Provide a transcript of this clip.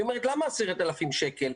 היא אומרת: למה 10,000 שקלים?